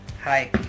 Hi